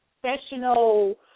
professional